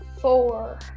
Four